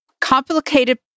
Complicated